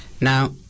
Now